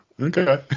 Okay